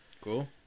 Cool